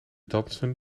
dansten